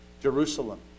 Jerusalem